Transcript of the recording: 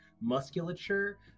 musculature